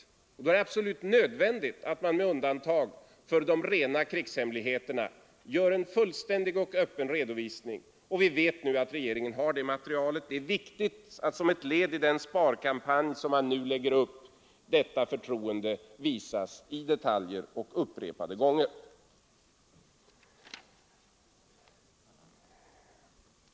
Då är det absolut nödvändigt att man, med undantag för de rena krigshemligheterna, gör en fullständig och öppen redovisning. Vi vet nu att regeringen har det materialet, och det är viktigt som ett led i den sparkampanj som man nu lägger upp att detta förtroende visas i detaljer och upprepade gånger.